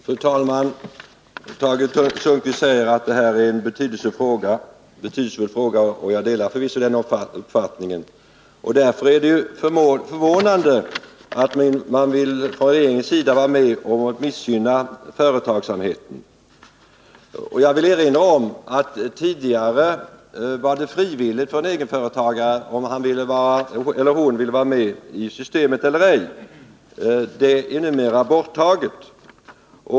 Fru talman! Tage Sundkvist säger att detta är en betydelsefull fråga, och jag delar förvisso den uppfattningen. Därför är det förvånande att man från regeringens sida vill vara med om att missgynna företagsamheten. Jag vill erinra om att en egenföretagare tidigare frivilligt kunde avgöra om han eller hon ville vara med i systemet eller ej. Den frivilligheten är numera borttagen.